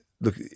Look